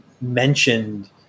mentioned